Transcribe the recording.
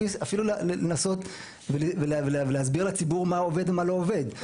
אפילו לנסות ולהסביר לציבור מה עובד ומה לא עובד.